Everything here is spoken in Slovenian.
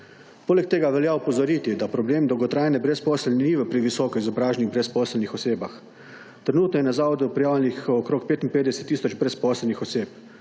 Poleg tega velja opozoriti, da problem dolgotrajne brezposelnosti ni v previsoki izobraženosti brezposelnih oseb. Trenutno je na zavodu prijavljenih okrog 55 tisoč brezposelnih oseb.